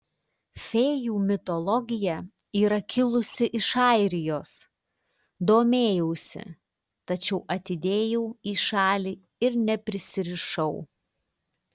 fėjų mitologija yra kilusi iš airijos domėjausi tačiau atidėjau į šalį ir neprisirišau